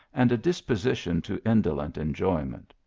and a dispo sition to indolent enjoyment.